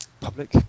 public